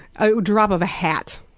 ah drop of a hat.